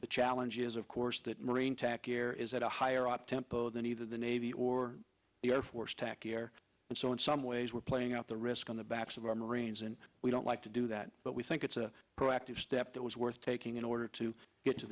the challenges of course that marine tac air is at a higher up tempo than either the navy or the air force tac air and so in some ways we're playing out the risk on the backs of our marines and we don't like to do that but we think it's a proactive step that was worth taking in order to get to